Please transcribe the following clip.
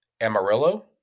Amarillo